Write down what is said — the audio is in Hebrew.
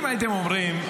אם הייתם אומרים,